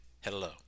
hello